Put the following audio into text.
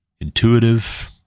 intuitive